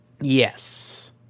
Yes